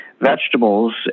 vegetables